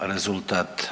rezultat